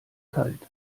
kalt